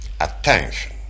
attention